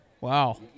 Wow